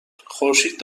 خورشید